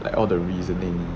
like all the reasoning